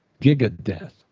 giga-death